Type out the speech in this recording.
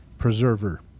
preserver